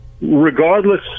regardless